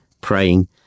praying